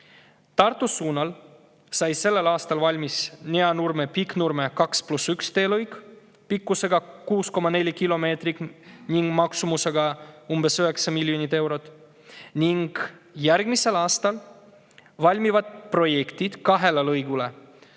Tartu suunal sai sellel aastal valmis Neanurme-Pikknurme 2 + 1 teelõik pikkusega 6,4 kilomeetrit ja maksumusega umbes 9 miljonit eurot. Järgmisel aastal valmivad kahe lõigu